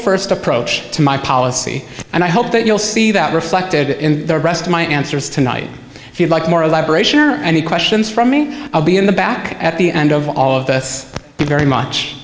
st approach to my policy and i hope that you'll see that reflected in the rest of my answers tonight if you'd like more elaboration or any questions from me i'll be in the back at the end of all of this is very much